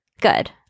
Good